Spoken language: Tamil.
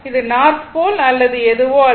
இது நார்த் போல் அல்லது எதுவோ அல்ல